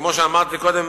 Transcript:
כמו שאמרתי קודם,